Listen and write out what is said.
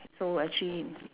so actually